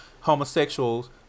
homosexuals